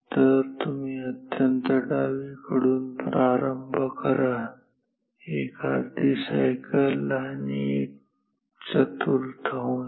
तर तुम्ही अत्यंत डावीकडून प्रारंभ करा 1 अर्धी सायकल आणि एक चतुर्थांश